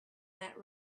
that